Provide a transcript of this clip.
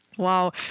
Wow